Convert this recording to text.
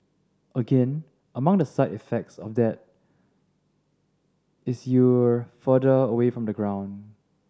again among the side effects of that is you're further away from the ground